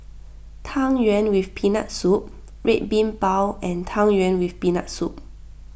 Tang Yuen with Peanut Soup Red Bean Bao and Tang Yuen with Peanut Soup